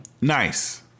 Nice